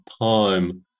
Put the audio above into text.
time